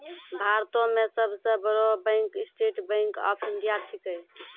भारतो मे सब सं बड़ो bank State Bank of India छिकै